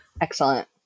Excellent